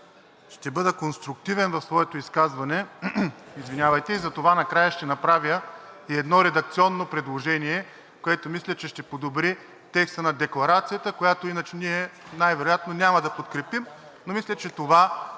ще бъда конструктивен в своето изказване и затова накрая ще направя и едно редакционно предложение, което мисля, че ще подобри текста на декларацията, която иначе ние най-вероятно няма да подкрепим. Мисля, че това ще